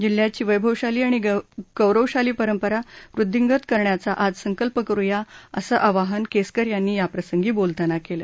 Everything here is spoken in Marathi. जिल्ह्याची वैभवशाली आणि गौरवशाली परंपरा वृद्धींगत करण्याचा आज संकल्प करुया अस आवाहन केसरकर यांनी याप्रसंगी बोलताना केलं